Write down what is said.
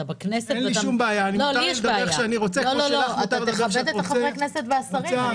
אתה בכנסת, תכבד את חברי הכנסת והשרים.